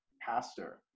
pastor